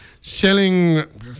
Selling